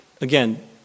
Again